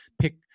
pick